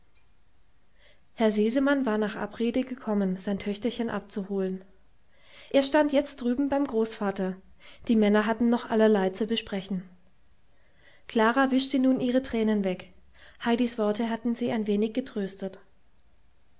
herr sesemann war nach abrede gekommen sein töchterchen abzuholen er stand jetzt drüben beim großvater die männer hatten noch allerlei zu besprechen klara wischte nun ihre tränen weg heidis worte hatten sie ein wenig getröstet